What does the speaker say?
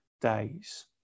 days